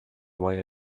why